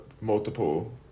multiple